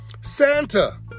Santa